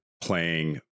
playing